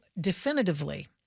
definitively